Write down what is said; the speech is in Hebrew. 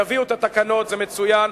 יביאו את התקנות, זה מצוין.